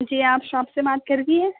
جی آپ شاپ سے بات کر رہی ہیں